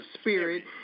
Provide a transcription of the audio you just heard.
Spirit